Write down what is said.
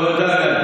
תודה, גדי.